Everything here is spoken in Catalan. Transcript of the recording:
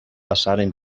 passaren